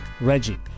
Reggie